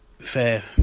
fair